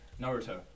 Naruto